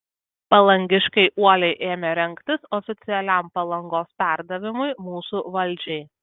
palangiškiai uoliai ėmė rengtis oficialiam palangos perdavimui mūsų valdžiai